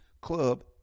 Club